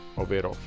ovvero